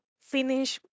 finish